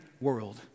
world